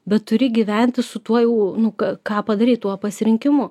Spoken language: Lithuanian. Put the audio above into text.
bet turi gyventi su tuo jau nu ką padarei tuo pasirinkimu